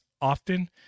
often